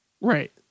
Right